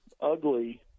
Ugly